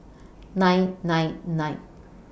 nine nine nine